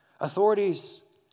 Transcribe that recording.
Authorities